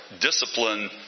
discipline